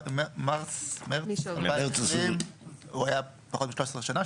מי שבחודש מרץ 2020 היה פחות מ-13 שנים,